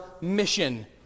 mission